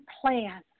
plan